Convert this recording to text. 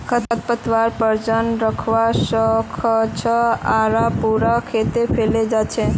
खरपतवार प्रजनन करवा स ख छ आर पूरा खेतत फैले जा छेक